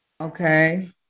Okay